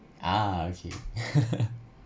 ah okay